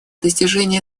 достижении